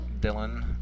Dylan